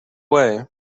way